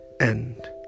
end